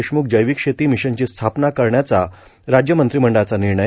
देशमुख जैविक शेती मिशनची स्थापना करण्याचा राज्य मंत्रिमंडळाचा निर्णय